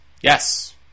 Yes